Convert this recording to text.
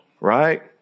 right